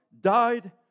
died